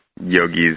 yogis